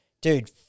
dude